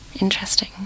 Interesting